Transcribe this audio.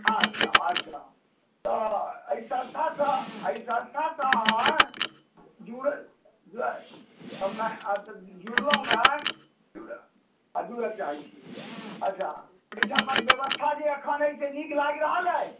अच्छा अच्छा तऽ अइ संस्था सँ अइ संस्थासँ अहाँ जुड़ल जुड़ैत जुड़लहुँ आ जुड़ऽ चाहैत छी अच्छा एहिठामक वयबस्था जे अखन अइ से नीक लागि रहल अइ